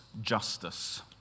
justice